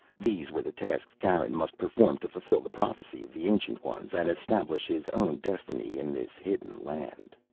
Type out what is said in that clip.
these were the tasks garin must perform to fulfill the prophecy of the ancient ones and establish his own destiny in this hidden land!